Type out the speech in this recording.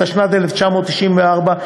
התשנ"ד 1994,